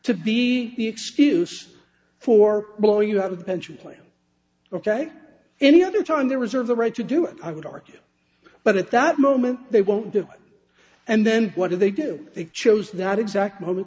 to be the excuse for blowing you out of the pension plan ok any other time the reserve the right to do it i would argue but at that moment they won't do it and then what do they do they chose that exact moment